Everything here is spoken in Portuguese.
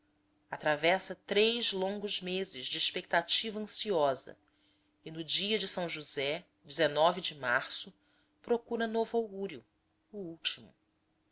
atravessa três longos meses de expectativa ansiosa e no dia de osé de março procura novo augúrio o último